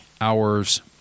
hours